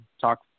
talk